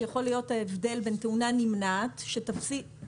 יכול להיות ההבדל בין תאונה נמנעת שתספיק